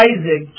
Isaac